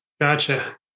Gotcha